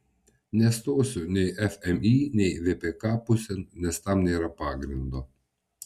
nestosiu nei fmį nei vpk pusėn nes tam nėra pagrindo